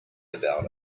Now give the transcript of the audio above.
about